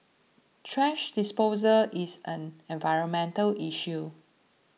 thrash disposal is an environmental issue